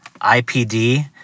IPD